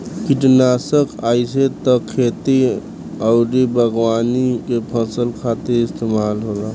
किटनासक आइसे त खेती अउरी बागवानी के फसल खातिर इस्तेमाल होला